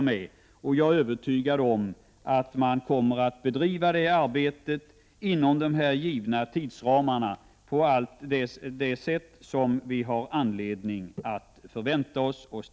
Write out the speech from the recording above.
Jag är övertygad om att företaget kommer att klara arbetet inom de givna tidsramarna och bedriva det på ett sätt som vi har anledning att förvänta oss.